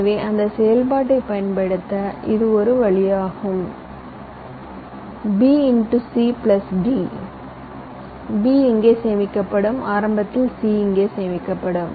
எனவே அந்த செயல்பாட்டை செயல்படுத்த இது ஒரு வழியாகும் b × c d b இங்கே சேமிக்கப்படும் ஆரம்பத்தில் c இங்கே சேமிக்கப்படும்